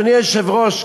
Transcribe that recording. אדוני היושב-ראש,